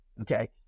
Okay